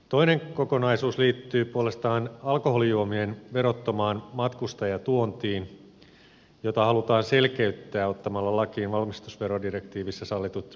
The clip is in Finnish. toinen kokonaisuus liittyy puolestaan alkoholijuomien verottomaan matkustajatuontiin jota halutaan selkeyttää ottamalla lakiin valmistusverodirektiivissä sallitut määrälliset ohjetasot